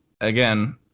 again